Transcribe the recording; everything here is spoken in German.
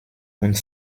und